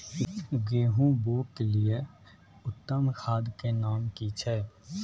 गेहूं बोअ के लिये उत्तम खाद के नाम की छै?